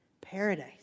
Paradise